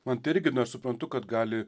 man tai irgi na aš suprantu kad gali